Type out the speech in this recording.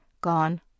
gone